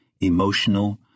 emotional